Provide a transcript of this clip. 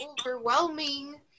overwhelming